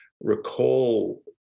recall